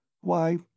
Why